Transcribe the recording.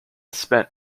spent